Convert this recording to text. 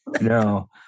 No